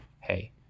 hey